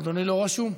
אדוני לא רשום.